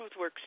TruthWorks